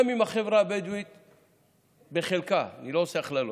גם אם החברה הבדואית בחלקה, אני לא עושה הכללות,